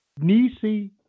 Nisi